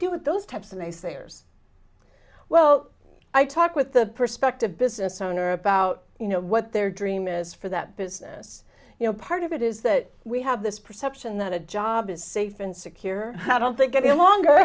do with those types of naysayers well i talk with the perspective business owner about you know what their dream is for that business you know part of it is that we have this perception that a job is safe and secure i don't think any longer